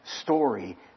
story